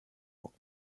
rock